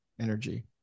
energy